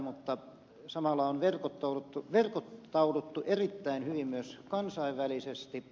mutta samalla on verkottauduttu erittäin hyvin myös kansainvälisesti